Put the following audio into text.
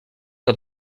que